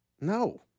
No